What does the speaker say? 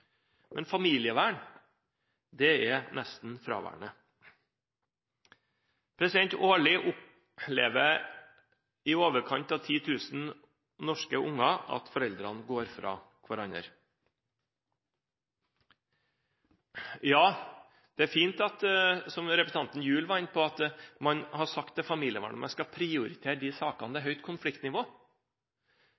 Men familievern er nesten fraværende. Årlig opplever i overkant av 10 000 norske unger at foreldrene går fra hverandre. Det er fint, som representanten Gjul var inne på, at man har sagt at familievernet skal prioritere de sakene der det er høyt konfliktnivå. Men det er faktisk en mulighet, hvis man ønsker det,